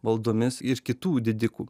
valdomis ir kitų didikų